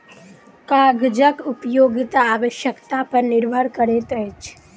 कागजक उपयोगिता आवश्यकता पर निर्भर करैत अछि